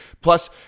plus